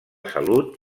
salut